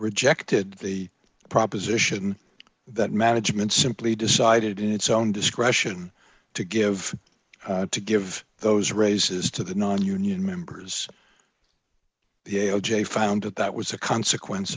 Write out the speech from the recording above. rejected the proposition that management simply decided in its own discretion to give to give those raises to the non union members the o j found out that was a consequence